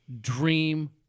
dream